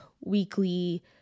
weekly